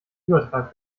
übertrag